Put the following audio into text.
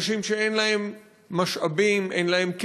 אנשים שאין להם משאבים, אין להם כסף.